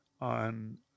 on